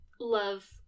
love